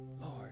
Lord